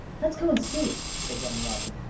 let's go and see, said young robin.